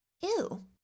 ew